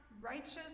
righteous